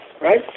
right